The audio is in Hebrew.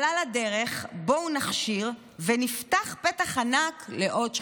אבל על הדרך בואו נכשיר ונפתח פתח ענק לעוד שחיתויות.